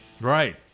Right